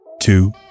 two